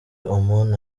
oman